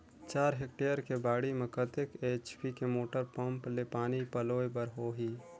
चार हेक्टेयर के बाड़ी म कतेक एच.पी के मोटर पम्म ले पानी पलोय बर होही?